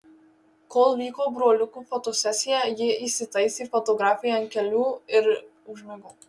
kol vyko broliukų fotosesija ji įsitaisė fotografei ant kelių ir užmigo